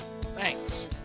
Thanks